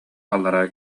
аллара